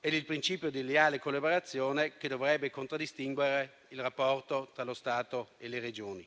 e il principio di leale collaborazione che dovrebbe contraddistinguere il rapporto tra lo Stato e le Regioni.